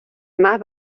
más